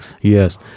yes